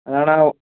അതാണ് ആ ഓ